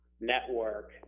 network